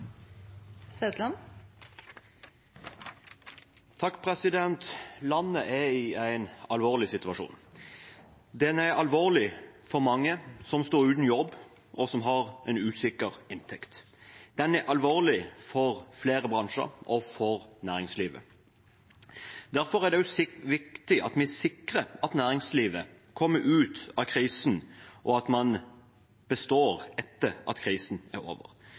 alvorlig for mange som står uten jobb, og som har en usikker inntekt. Den er alvorlig for flere bransjer og for næringslivet. Derfor er det også viktig at vi sikrer at næringslivet kommer ut av krisen, og at man består etter at krisen er over.